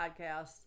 podcasts